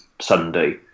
Sunday